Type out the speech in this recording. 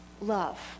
love